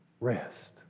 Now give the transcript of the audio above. rest